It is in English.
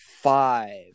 five